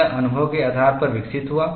यह अनुभव के आधार पर विकसित हुआ